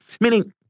meaning